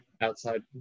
outside